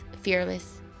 fearless